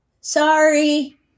sorry